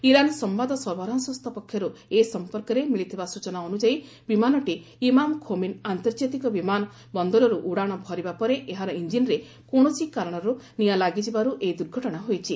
Iran ସମ୍ବାଦ ସରବରାହ ସଂସ୍ଥା ପକ୍ଷରୁ ଏ ସଂପର୍କରେ ମିଳିଥିବା ସ୍ରଚନା ଅନୁଯାୟୀ ବିମାନଟି ଇମାମ ଖୋମିନ୍ ଆନ୍ତର୍ଜାତିକ ବିମାନ ବନ୍ଦରରୁ ଉଡ଼ାଣ ଭରିବା ପରେ ଏହାର ଙ୍ଗଜିନ୍ରେ କୌଣସି କାରଣରୁ ନିଆଁ ଲାଗିଯିବାରୁ ଏହି ଦୁର୍ଘଟଣା ହୋଇଛି